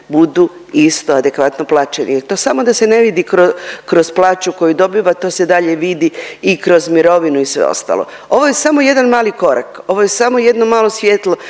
budu isto adekvatno plaćeni i to samo da se ne vidi kroz plaću koju dobivate, to se dalje vidi i kroz mirovinu i sve ostalo. Ovo je samo jedan mali korak, ovo je samo jedno malo svjetlo